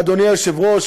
אדוני היושב-ראש,